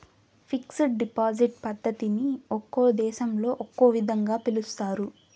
fixed deposit పద్ధతిని ఒక్కో దేశంలో ఒక్కో విధంగా పిలుస్తారు